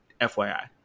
FYI